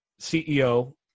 CEO